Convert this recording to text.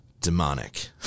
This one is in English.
demonic